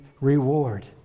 reward